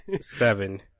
Seven